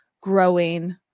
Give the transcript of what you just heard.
growing